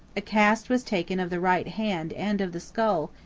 a cast was taken of the right hand and of the skull,